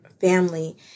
family